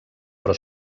però